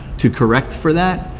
to correct for that.